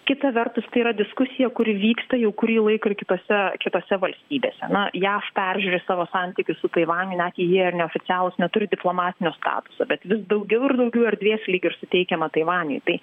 kita vertus tai yra diskusija kuri vyksta jau kurį laiką ir kitose kitose valstybėse na jav peržiūri savo santykius su taivaniu net jei jie ir neoficialūs neturi diplomatinio statuso bet vis daugiau ir daugiau erdvės lyg ir suteikiama taivaniui tai